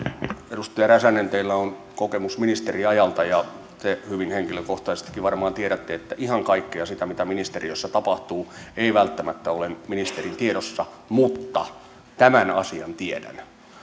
edustaja räsänen teillä on kokemus ministeriajalta ja te hyvin henkilökohtaisestikin varmaan tiedätte että ihan kaikkea sitä mitä ministeriössä tapahtuu ei välttämättä ole nyt ministerin tiedossa mutta tämän asian tiedän